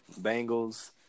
Bengals